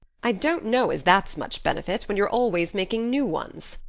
i don't know as that's much benefit when you're always making new ones.